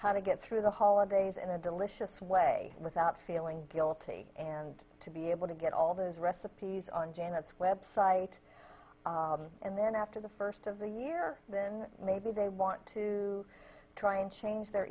how to get through the holidays in a delicious way without feeling guilty and to be able to get all those recipes on janet's website and then after the first of the year then maybe they want to try and change their